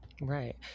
Right